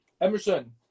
emerson